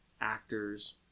Actors